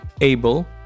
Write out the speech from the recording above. able